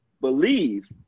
believe